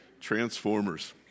Transformers